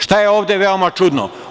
Šta je ovde veoma čudno?